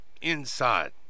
inside